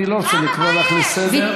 אני לא רוצה לקרוא אותך לסדר.